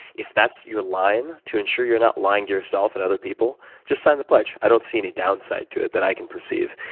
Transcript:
if that's your line, make and sure you're not lying to yourself and other people. just sign the pledge. i don't see any downside to it that i can perceive.